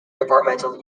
departmental